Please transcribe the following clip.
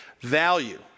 value